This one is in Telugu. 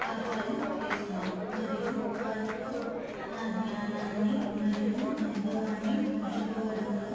సహాయం చేశాను మరియు వారితో నా జ్ఞానాన్ని మరియు అనుభవాన్ని పంచుకోవడంలో